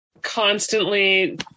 constantly